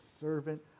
servant